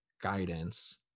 guidance